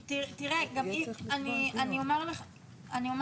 זה תיקון של סעיף אחד.